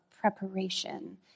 preparation